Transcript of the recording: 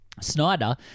Snyder